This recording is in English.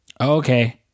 okay